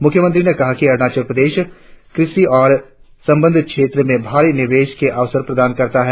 मुख्यमंत्री ने कहा कि अरुणाचल कृषि और संबंद्ध क्षेत्र में भारी निवेश के अवसर प्रदान करता है